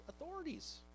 authorities